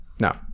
No